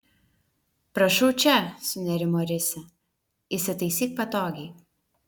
prašau čia sunerimo risia įsitaisyk patogiai